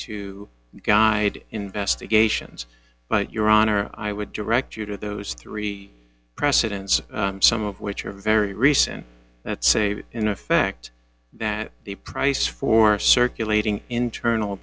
to guide investigations but your honor i would direct you to those three precedents some of which are very recent that say that in effect that the price for circulating internal